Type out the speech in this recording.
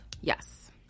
Yes